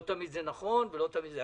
לא תמיד זה נכון ולא תמיד מוצדק,